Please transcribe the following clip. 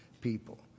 people